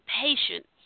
patience